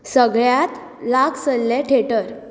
सगल्यांत लागसरलें थिएटर